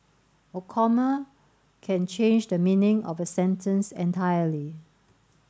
a comma can change the meaning of a sentence entirely